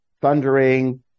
Thundering